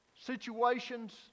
situations